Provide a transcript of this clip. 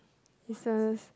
who sell